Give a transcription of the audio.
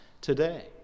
today